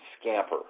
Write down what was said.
scamper